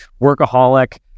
workaholic